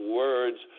words